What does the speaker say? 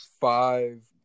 five